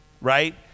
right